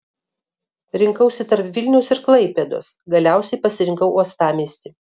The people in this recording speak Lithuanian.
rinkausi tarp vilniaus ir klaipėdos galiausiai pasirinkau uostamiestį